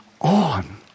on